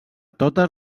totes